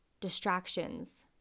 distractions